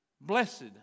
Blessed